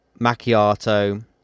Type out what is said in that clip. macchiato